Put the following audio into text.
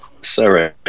Sorry